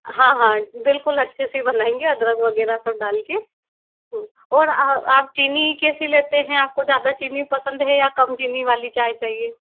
हाँ हाँ बिलकुल अच्छे से बनाएंगे अदरक वगैरह सब डाल के और आप चीनी कैसे लेते हैं आपको ज़्यादा चीनी पसंद है या कम चीनी वाली चाय चाहिए